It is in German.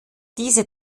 diese